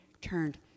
turned